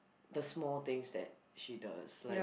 the small things that she does like